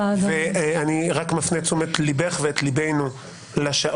אני רק מפנה את תשומת ליבך ואת ליבנו לשעון.